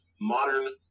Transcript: modern